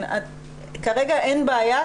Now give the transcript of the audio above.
כרגע אין בעיה,